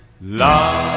love